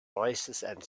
voicesand